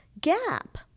gap